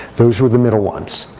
those were the middle ones.